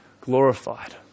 glorified